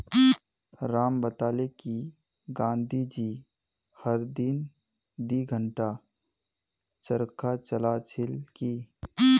राम बताले कि गांधी जी हर दिन दी घंटा चरखा चला छिल की